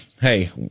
hey